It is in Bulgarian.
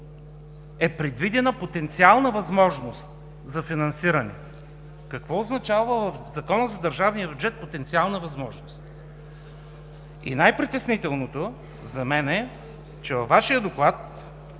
е предвидена потенциална възможност за финансиране. Какво означава в Закона за държавния бюджет „потенциална възможност“?! И най-притеснителното за мен е, че във Вашия доклад